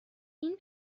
این